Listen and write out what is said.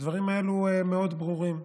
הדברים האלה מאוד ברורים.